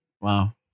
Wow